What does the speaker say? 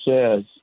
says